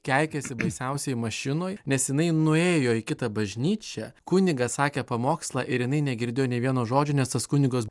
keikėsi baisiausiai mašinoj nes jinai nuėjo į kitą bažnyčią kunigas sakė pamokslą ir jinai negirdėjo nei vieno žodžio nes tas kunigas